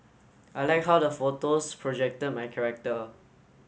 I like how the photos projected my character